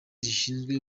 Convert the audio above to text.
zishinzwe